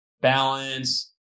balance